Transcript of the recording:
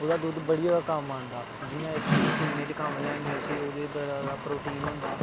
ओह्दा दुद्ध बड़ा जादा कम्म आंदा जियां इक असीं पीने च कम्म लेआने जिसी ओह्दे च बड़ा जादा प्रोटीन होंदा